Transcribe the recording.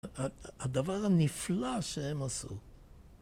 הדבר הנפלא שהם עשו.